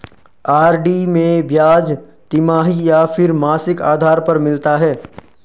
RD में ब्याज तिमाही या फिर मासिक आधार पर मिलता है?